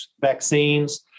vaccines